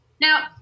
Now